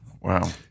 wow